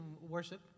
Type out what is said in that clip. worship